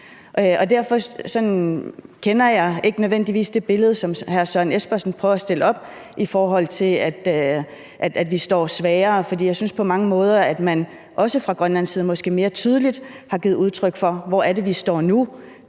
Derfor genkender jeg ikke nødvendigvis det billede, som hr. Søren Espersen prøver at stille op, i forhold til at vi står svagere. For jeg synes måske også på mange måder, at man fra grønlandsk side mere tydeligt har givet udtryk for, hvor det er, vi står nu.